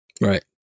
Right